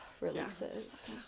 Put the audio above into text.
releases